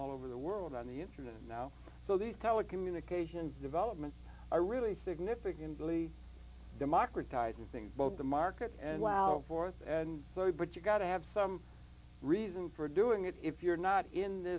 all over the world on the internet now so these telecommunications development are really significantly democratizing both the market and wow th and rd but you've got to have some reason for doing it if you're not in the